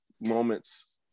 moments